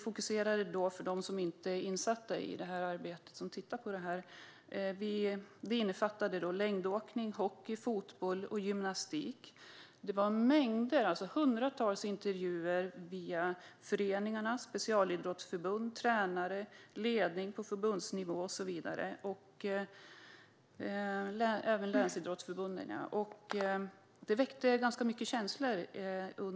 För dem som inte är insatta i detta arbete kan jag berätta att vi fokuserade på längdåkning, hockey, fotboll och gymnastik. Det gjordes hundratals intervjuer via föreningar, specialidrottsförbund, tränare, ledning på förbundsnivå och länsidrottsförbund. Det som framkom väckte ganska mycket känslor.